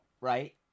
right